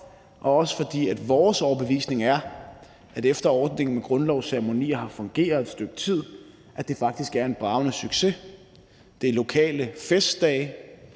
også fordi vores overbevisning er, at efter at ordningen med grundlovsceremonier har fungeret et stykke tid, er det faktisk en bragende succes. Det er lokale festdage,